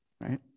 Right